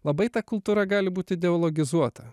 labai ta kultūra gali būti ideologizuota